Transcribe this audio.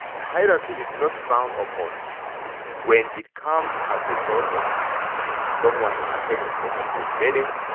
hierarchy is not frowned upon when it comes as a result of someone attaining personhood meaning,